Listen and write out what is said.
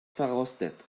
verrostet